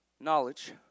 knowledge